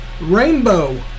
Rainbow